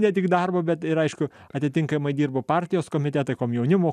ne tik darbo bet ir aišku atitinkamai dirbo partijos komitetai komjaunimo